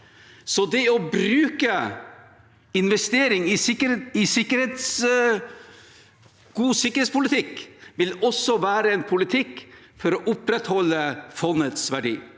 Så det å bruke investering i god sikkerhetspolitikk vil også være en politikk for å opprettholde fondets verdi,